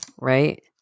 right